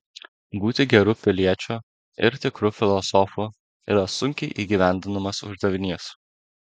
būti geru piliečiu ir tikru filosofu yra sunkiai įgyvendinamas uždavinys